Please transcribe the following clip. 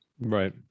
right